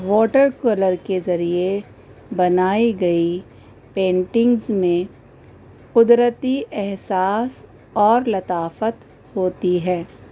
water cooler کے ذریعے بنائی گئی پینٹنگز میں قدرتی احساس اور لطافت ہوتی ہے